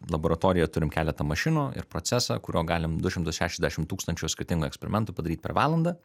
laboratorijoj turime keletą mašinų ir procesą kuriuo galim du šimtus šešiasdešim tūkstančių skirtingų eksperimentų padaryt per valandą